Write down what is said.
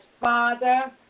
father